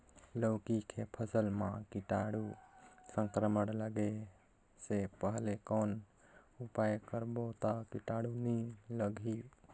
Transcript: लौकी के फसल मां कीटाणु संक्रमण लगे से पहले कौन उपाय करबो ता कीटाणु नी लगही?